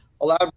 allowed